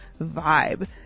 vibe